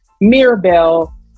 Mirabelle